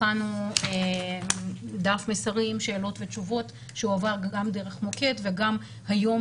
הכנו דף מסרים שאלות ותשובות שהועבר גם דרך מוקד וגם היום